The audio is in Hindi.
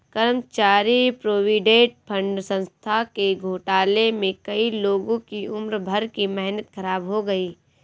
कर्मचारी प्रोविडेंट फण्ड संस्था के घोटाले में कई लोगों की उम्र भर की मेहनत ख़राब हो गयी